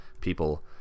people